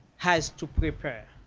has to prepare.